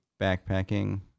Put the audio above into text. backpacking